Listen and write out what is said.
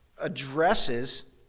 addresses